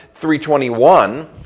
321